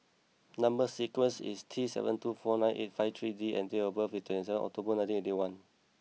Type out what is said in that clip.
number sequence is T seven two four nine eight five three D and date of birth is twenty seven October nineteen eighty one